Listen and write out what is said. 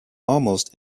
almost